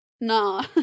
nah